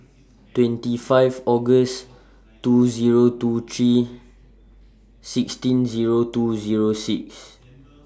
twenty five August two Zero two three sixteen Zero two Zero six